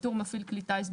בטור "מפעיל כלי טיס",